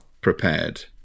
prepared